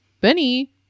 benny